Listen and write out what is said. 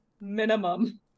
Minimum